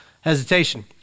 hesitation